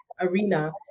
arena